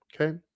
Okay